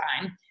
time